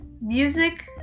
music